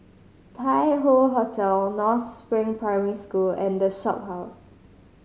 Tai Hoe Hotel North Spring Primary School and The Shophouse